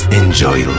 enjoy